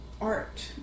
art